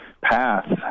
path